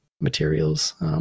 materials